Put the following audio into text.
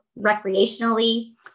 recreationally